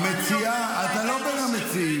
אם היו אומרים --- אתה לא בין המציעים.